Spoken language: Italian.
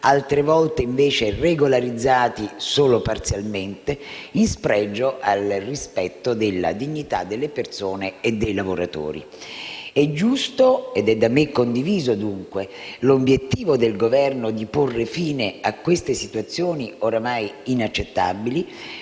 altre volte invece regolarizzati solo parzialmente, in spregio al rispetto della dignità delle persone e dei lavoratori. È giusto, ed è da me condiviso, dunque, l'obiettivo del Governo di porre fine a queste situazioni ormai inaccettabili,